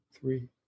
three